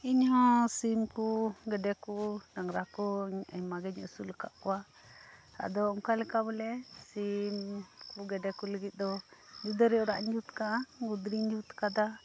ᱤᱧ ᱦᱚᱸ ᱥᱤᱢ ᱠᱚ ᱜᱮᱰᱮ ᱠᱚ ᱰᱟᱝᱨᱟ ᱠᱚ ᱟᱭᱢᱟ ᱜᱤᱧ ᱟᱹᱥᱩᱞ ᱟᱠᱟᱫ ᱠᱚᱣᱟ ᱟᱫᱚ ᱚᱱᱠᱟ ᱞᱮᱠᱟ ᱵᱚᱞᱮ ᱥᱤᱢ ᱠᱚ ᱜᱮᱰᱮ ᱠᱚ ᱞᱟᱹᱜᱤᱫ ᱫᱚ ᱡᱩᱫᱟᱹ ᱨᱮ ᱚᱲᱟᱜ ᱤᱧ ᱡᱩᱛ ᱟᱠᱟᱫᱼᱟ ᱜᱩᱫᱲᱤᱧ ᱡᱩᱛ ᱟᱠᱟᱫᱟ